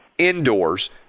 indoors